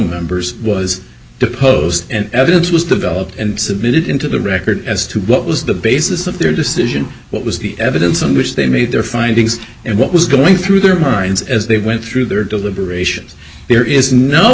members was deposed and evidence was developed and submitted into the record as to what was the basis of their decision what was the evidence on which they made their findings and what was going through their minds as they went through their deliberations there is no